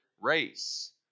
race